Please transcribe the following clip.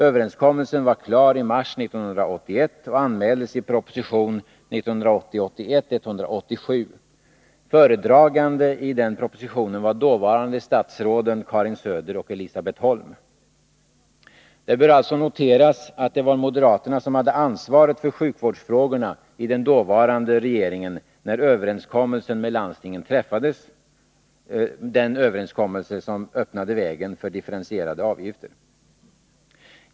Överenskommelsen var klar i mars 1981 och anmäldes i proposition 1980/81:187. Föredragande i den propositionen var dåvarande statsråden Karin Söder och Elisabet Holm. Det bör alltså noteras att det var moderaterna som hade ansvaret för sjukvårdsfrågorna i den dåvarande regeringen när den överenskommelse med landstingen träffades som öppnade vägen för differentierade avgifter.